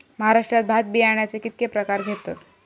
महाराष्ट्रात भात बियाण्याचे कीतके प्रकार घेतत?